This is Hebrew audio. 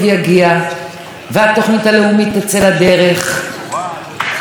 שיעשו הכול על מנת שהרצח הבא יימנע.